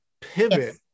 pivot